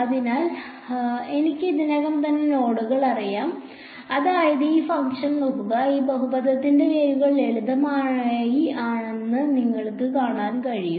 അതിനാൽ എനിക്ക് ഇതിനകം തന്നെ നോഡുകൾ അറിയാം അതായത് ഈ ഫംഗ്ഷൻ നോക്കുക ഈ ബഹുപദത്തിന്റെ വേരുകൾ ലളിതമായി ആണെന്ന് നിങ്ങൾക്ക് കാണാൻ കഴിയും